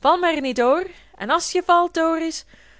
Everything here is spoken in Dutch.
val mær niet hoor en as je